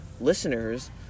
listeners